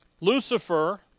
Lucifer